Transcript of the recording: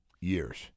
years